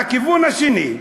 עכשיו, מהכיוון השני,